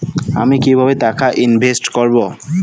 আমি কিভাবে টাকা ইনভেস্ট করব?